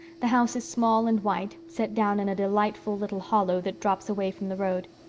the house is small and white, set down in a delightful little hollow that drops away from the road.